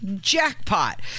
jackpot